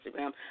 instagram